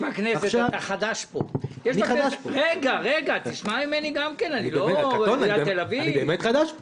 אתה חדש פה, יש בכנסת --- אני באמת חדש פה.